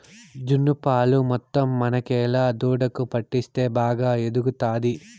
జున్ను పాలు మొత్తం మనకేలా దూడకు పట్టిస్తే బాగా ఎదుగుతాది